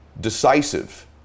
decisive